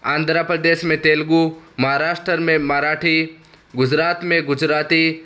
آندھرا پردیش میں تیلگو مہاراشٹر میں مراٹھی گجرات میں گجراتی